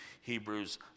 Hebrews